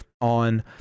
on